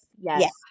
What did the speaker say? yes